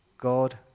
God